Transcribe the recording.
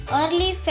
early